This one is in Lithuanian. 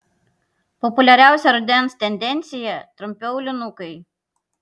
populiariausia rudens tendencija trumpi aulinukai